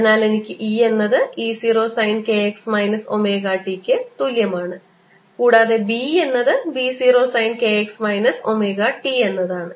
അതിനാൽ എനിക്ക് E എന്നത് E 0 sine k x minus omega t ക്ക് തുല്യമാണ് കൂടാതെ B എന്നത് B 0 sine k x minus omega t എന്നാണ്